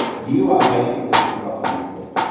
you are basically disrupting your sleep.